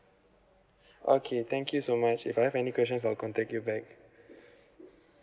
okay thank you so much if I have any questions I'll contact you back